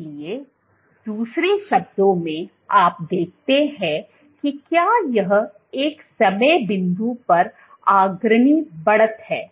इसलिए दूसरे शब्दों में आप देखते हैं कि क्या यह एक समय बिंदु पर अग्रणी बढ़त है